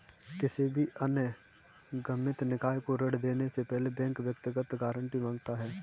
किसी भी अनिगमित निकाय को ऋण देने से पहले बैंक व्यक्तिगत गारंटी माँगता है